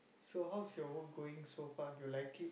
so how's your work going so far you like it